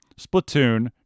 Splatoon